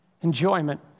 Enjoyment